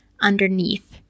underneath